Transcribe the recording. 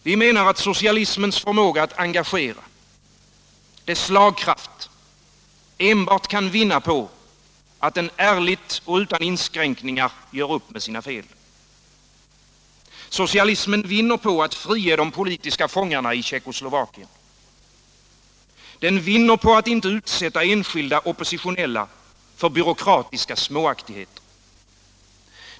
Vi menar att socialismens förmåga att engagera, dess slagkraft, enbart kan vinna på att den ärligt och utan inskränkningar gör upp med sina fel. Socialismen vinner på att frige de politiska fångarna i Tjeckoslovakien. Den vinner på att inte utsätta enskilda oppositionella för byråkratiska småaktigheter.